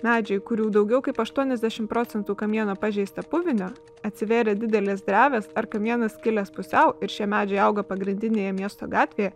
medžiai kurių daugiau kaip aštuoniasdešim procentų kamieno pažeista puvinio atsivėrė didelės drevės ar kamienas skilęs pusiau ir šie medžiai auga pagrindinėje miesto gatvėje